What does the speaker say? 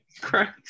correct